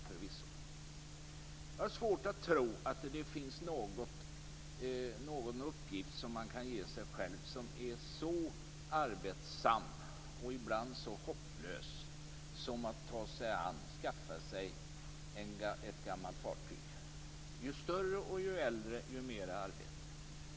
Jag har svårt att tro att det finns någon uppgift man kan ge sig själv som är så arbetsam, och ibland så hopplös, som att skaffa sig och ta sig an ett gammalt fartyg - ju större och ju äldre, desto mer arbete.